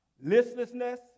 listlessness